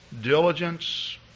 diligence